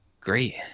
great